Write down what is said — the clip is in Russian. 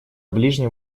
ближнем